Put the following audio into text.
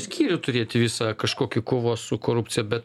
skyrių turėti visą kažkokį kovos su korupcija bet